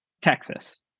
Texas